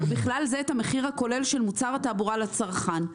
ובכלל זה את המחיר הכולל של מוצר תעבורה לצרכן.